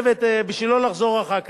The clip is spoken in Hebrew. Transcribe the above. בשביל לא לחזור אחר כך.